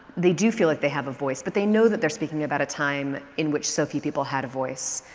they do feel like they have a voice but they know that they're speaking about a time in which so few people had a voice.